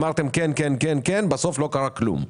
אמרתם כן כן אבל בסוף לא קרה כלום.